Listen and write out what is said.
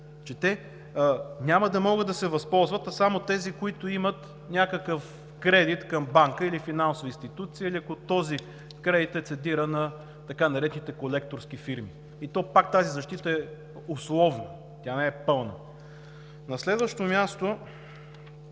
че те няма да могат да се възползват, а само тези, които имат някакъв кредит към банка или финансова институция, или ако този кредит е цедиран на така наречените колекторски фирми – и то пак тази защита е условна, тя не е пълна. (Народният